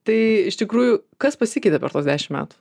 tai iš tikrųjų kas pasikeitė per tuos dešim metų